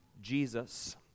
Jesus